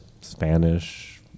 spanish